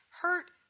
hurt